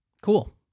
Cool